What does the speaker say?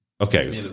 Okay